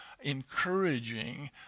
encouraging